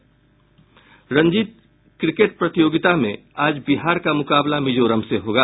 Ranji cricket प्रतियोगिता में आज बिहार का मुकाबला मिजोरम से होगा